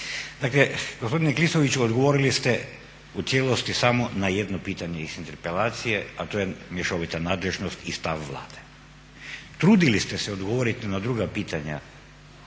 Dakle, gospodine Klisoviću odgovorili ste u cijelosti samo na jedno pitanje iz interpelacije, a to je mješovita nadležnost i stav Vlade. Trudili ste se odgovoriti na druga pitanja,